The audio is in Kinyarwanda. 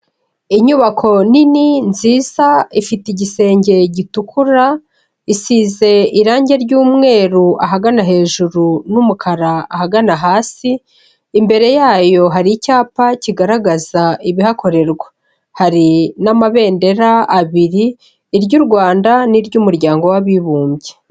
Inyubako nini nziza, ifite igisenge gitukura, isize irange ry'umweru ahagana hejuru n'umukara ahagana hasi, imbere yayo hari icyapa kigaragaza ibihakorerwa. Hari n'amabendera abiri, iry'u Rwanda n'iry'Umuryango w'Abibumbye.